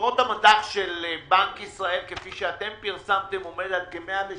יתרות המט"ח של בנק ישראל כפי שאתם פרסמתם עומד על כ-160